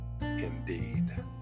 indeed